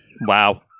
Wow